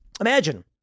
Imagine